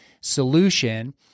solution